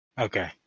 Okay